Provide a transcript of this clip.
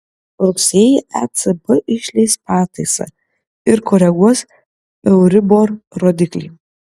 rugsėjį ecb išleis pataisą ir koreguos euribor rodiklį